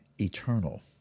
eternal